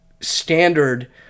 standard